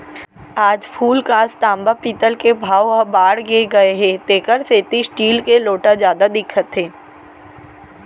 आज फूलकांस, तांबा, पीतल के भाव ह बाड़गे गए हे तेकर सेती स्टील के लोटा जादा दिखत हे